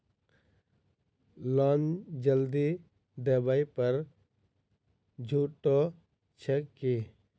Loan जल्दी देबै पर छुटो छैक की?